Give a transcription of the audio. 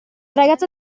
ragazza